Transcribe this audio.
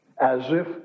as-if